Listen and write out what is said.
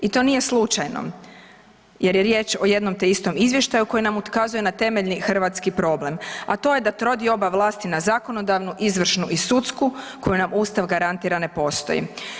I to nije slučajno jer je riječ o jednom te istom izvještaju koji nam ukazuje na temeljni hrvatski problem, a to je da trodioba vlasti na zakonodavnu, izvršnu i sudsku koju nam Ustav garantira ne postoji.